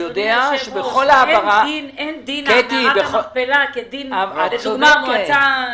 אתה יודע שאין דין מערת המכפלה כדין משהו אחר.